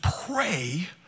pray